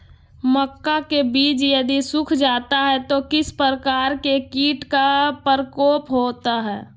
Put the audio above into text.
मक्का के बिज यदि सुख जाता है तो किस प्रकार के कीट का प्रकोप होता है?